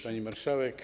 Pani Marszałek!